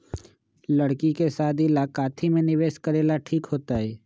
लड़की के शादी ला काथी में निवेस करेला ठीक होतई?